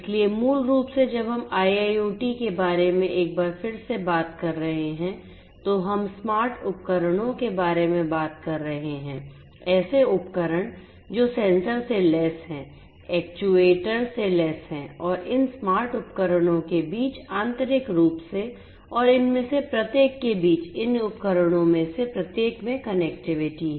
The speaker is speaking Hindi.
इसलिए मूल रूप से जब हम IIoT के बारे में एक बार फिर से बात कर रहे हैं तो हम स्मार्ट उपकरणों के बारे में बात कर रहे हैं ऐसे उपकरण जो सेंसर से लैस हैं एकचुएटर से लैस हैं और इन स्मार्ट उपकरणों के बीच आंतरिक रूप से और इनमें से प्रत्येक के बीच इन उपकरणों में से प्रत्येक में कनेक्टिविटी है